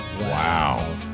Wow